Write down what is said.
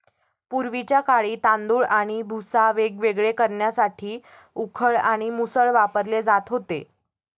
पूर्वीच्या काळी तांदूळ आणि भुसा वेगवेगळे करण्यासाठी उखळ आणि मुसळ वापरले जात होते